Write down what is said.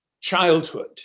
childhood